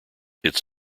its